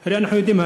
הרי אנחנו יודעים,